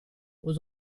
aux